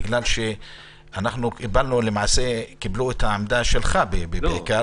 בגלל שקיבלו את העמדה שלך בעיקר,